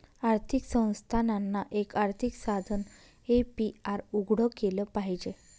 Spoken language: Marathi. आर्थिक संस्थानांना, एक आर्थिक साधन ए.पी.आर उघडं केलं पाहिजे